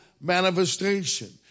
manifestation